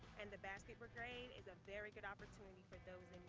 and the basket brigade is a very good opportunity for those